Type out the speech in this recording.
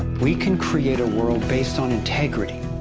we can create a world based on integrity,